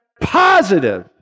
positive